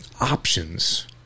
options